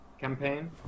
campaign